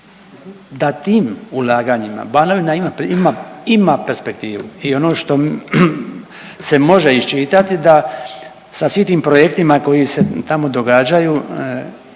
da tim ulaganjima Banovina ima perspektivu. I ono što se može iščitati da svim tim projektima koji se tamo događaju